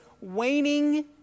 waning